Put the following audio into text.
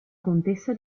contessa